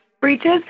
breaches